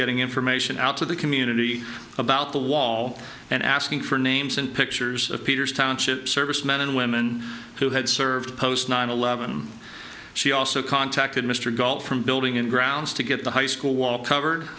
getting information out to the community about the wall and asking for names and pictures of peters township servicemen and women who had served post nine eleven she also contacted mr goal from building and grounds to get the high school wall covered